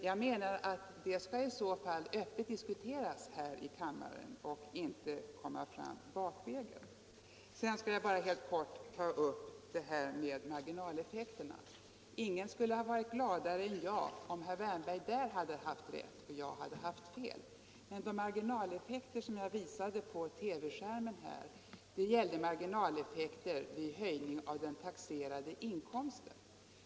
Jag menar att det i så fall öppet skall diskuteras här i kammaren och inte komma fram bakvägen. Sedan vill jag bara helt kort ta upp frågan om marginaleffekterna. Ingen skulle ha varit gladare än jag om herr Wärnberg hade haft rätt och jag fel. Men den tablå över marginaleffekterna, som jag visade på TV-skärmen, gällde marginaleffekter vid höjning av intäkten i rörelsen.